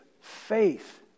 faith